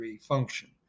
function